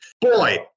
Boy